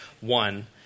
one